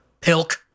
Pilk